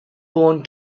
born